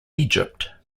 egypt